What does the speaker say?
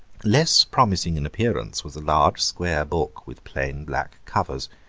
less promising in appearance was a large square book with plain black covers